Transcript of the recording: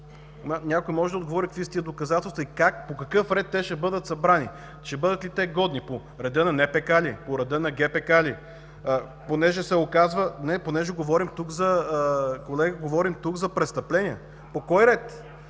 Някой може ли да отговори какви са тези доказателства и как, по какъв ред те ще бъдат събрани? Ще бъдат ли те годни – по реда на НПК ли? По реда на ГПК ли? Понеже са оказва… (Шум и реплики.) Колеги, говорим тук за престъпления. По кой ред?